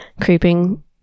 creeping